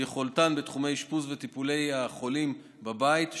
יכולתן בתחומי האשפוז והטיפול בחולים בבית,